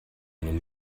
nun